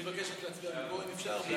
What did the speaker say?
אני מבקש להצביע מפה, אם אפשר.